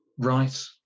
Right